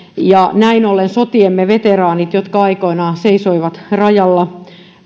näin ollen sotiemme veteraanit jotka aikoinaan seisoivat rajalla